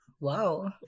Wow